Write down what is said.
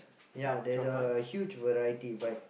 ya there's a huge variety but